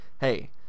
hey